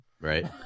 Right